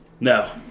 No